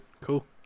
Cool